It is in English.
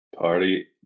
Party